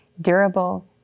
durable